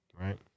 right